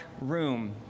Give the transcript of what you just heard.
room